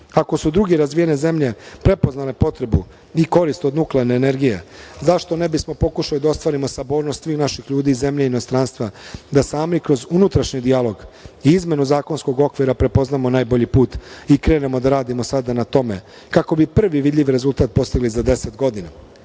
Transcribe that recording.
Ako su druge razvijene zemlje prepoznale potrebu i korist od nuklearne energije, zašto ne bismo pokušali da ostvarimo sabornost svih naših ljudi iz zemlje i inostranstva da sami kroz unutrašnji dijalog i izmenu zakonskog okvira prepoznamo najbolji put i krenemo da radimo sada na tome, kako bi prvi vidljivi rezultat postigli za 10 godina? Naši